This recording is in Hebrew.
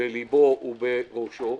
בליבו ובראשו,